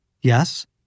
Yes